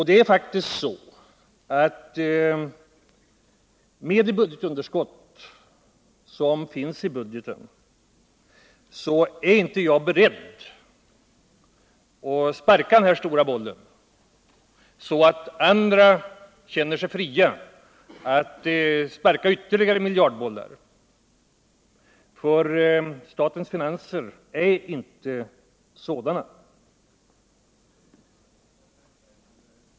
Det är faktiskt så att med det underskott som finns i budgeten är inte jag beredd att sparka den här stora bollen så att andra känner sig fria att sparka miljardbollar. Statens finanser är inte sådana.